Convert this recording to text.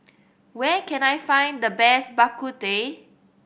where can I find the best Bak Kut Teh